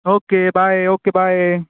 okay bye okay bye